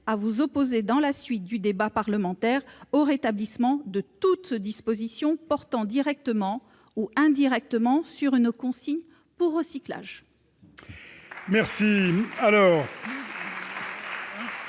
à vous opposer dans la suite du débat parlementaire au rétablissement de toute disposition portant directement ou indirectement sur une consigne pour recyclage.